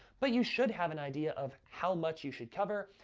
but you should have an idea of how much you should cover,